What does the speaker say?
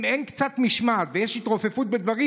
אם אין קצת משמעת ויש התרופפות בדברים